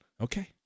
okay